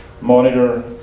monitor